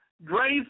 Grace